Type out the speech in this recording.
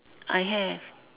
I have